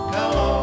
Hello